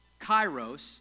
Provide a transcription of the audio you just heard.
Kairos